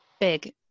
big